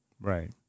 right